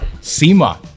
sema